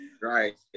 Right